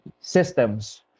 systems